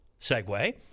segue